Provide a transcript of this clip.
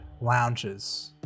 lounges